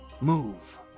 move